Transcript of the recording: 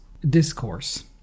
discourse